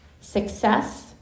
Success